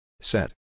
Set